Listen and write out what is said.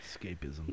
escapism